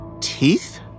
Teeth